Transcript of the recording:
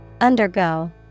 Undergo